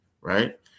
right